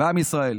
בעם ישראל.